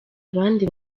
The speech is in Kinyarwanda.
abandi